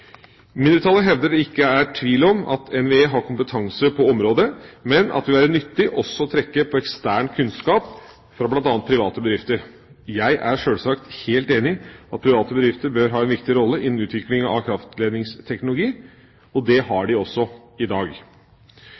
Mindretallet hevder at det ikke er tvil om at NVE har kompetanse på området, men at det ville være nyttig også å trekke på ekstern kunnskap fra bl.a. private bedrifter. Jeg er sjølsagt helt enig i at private bedrifter bør ha en viktig rolle innen utviklinga av kraftledningsteknologi – og det har de også i dag.